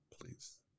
please